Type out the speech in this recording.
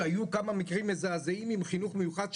שהיו כמה מקרים מזעזעים עם חינוך מיוחד,